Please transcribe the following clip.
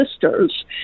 Sisters